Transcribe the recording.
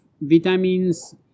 vitamins